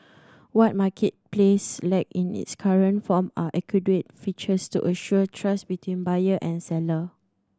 what Marketplace lack in its current form are adequate features to assure trust between buyer and seller